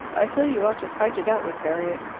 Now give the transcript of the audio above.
i feel you ought to fight it out with harriet.